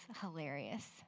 hilarious